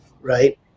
right